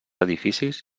edificis